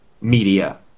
media